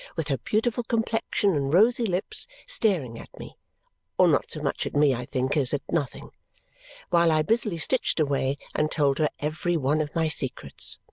with her beautiful complexion and rosy lips, staring at me or not so much at me, i think, as at nothing while i busily stitched away and told her every one of my secrets.